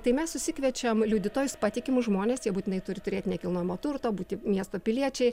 tai mes susikviečiam liudytojus patikimus žmones jie būtinai turi turėti nekilnojamo turto būti miesto piliečiai